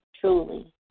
truly